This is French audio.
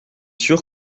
sûr